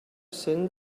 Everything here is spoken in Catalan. cent